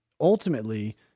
Ultimately